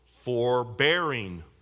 Forbearing